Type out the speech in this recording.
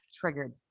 Triggered